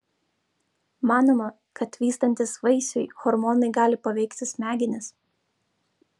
manoma kad vystantis vaisiui hormonai gali paveikti smegenis